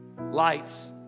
Lights